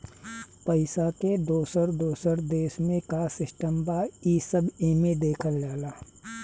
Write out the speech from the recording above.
पइसा के दोसर दोसर देश मे का सिस्टम बा, ई सब एमे देखल जाला